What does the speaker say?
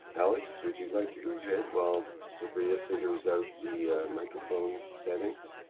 alex, would you like to go ahead while sobria figures out the microphone settings?